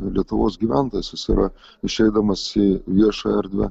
lietuvos gyventojas jis yra išeidamas į viešą erdvę